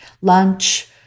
lunch